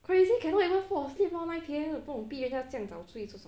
crazy cannot even fall asleep lor nine P_M 不懂逼人家这样早睡做什么